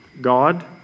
God